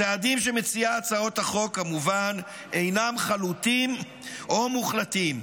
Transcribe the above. הצעדים שמציעה הצעת החוק כמובן אינם חלוטים או מוחלטים.